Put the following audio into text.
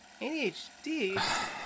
ADHD